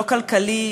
לא כלכלי,